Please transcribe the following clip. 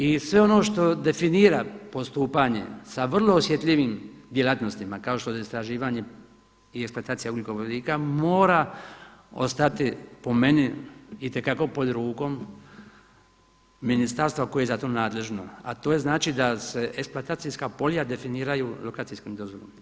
I sve ono što definira postupanje sa vrlo osjetljivim djelatnostima kao što je istraživanje i eksploatacija ugljikovodika mora ostati po meni itekako pod rukom ministarstva koje je za nadležno, a to je znači da se eksploatacijska polja definiraju lokacijskom dozvolom.